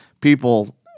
people